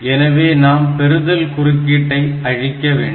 எனவே நாம் பெறுதல் குறுக்கீட்டை அழிக்க வேண்டும்